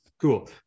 Cool